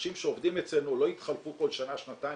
שהאנשים שעובדים אצלנו לא יתחלפו כל שנה-שנתיים